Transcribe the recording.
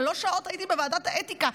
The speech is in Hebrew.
שלוש שעות הייתי בוועדת האתיקה.